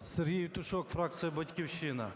Сергій Євтушок, фракція "Батьківщина".